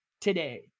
today